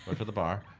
or to the bar,